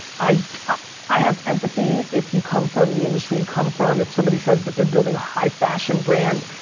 i ah i have empathy if you come from the industry you come from, if somebody says that they're building a high fashion brand,